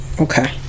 Okay